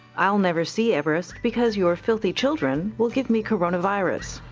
i'll never see everest because your filthy children will give me coronavirus.